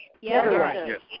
Yes